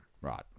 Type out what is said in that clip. Right